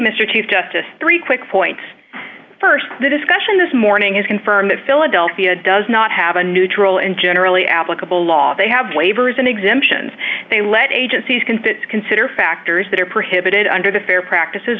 mr chief justice three quick points st the discussion this morning has confirmed that philadelphia does not have a neutral and generally applicable law they have waivers and exemptions they let agencies can consider factors that are prohibited under the fair practices